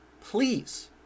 Please